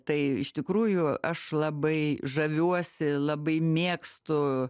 tai iš tikrųjų aš labai žaviuosi labai mėgstu